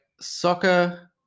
soccer